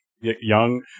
Young